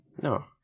No